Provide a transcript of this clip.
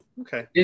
Okay